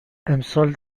امسال